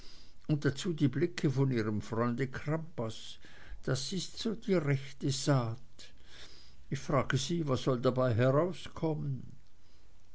und dazu die blicke von ihrem freund crampas das ist so die rechte saat ich frage sie was soll dabei herauskommen